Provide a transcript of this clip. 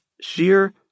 sheer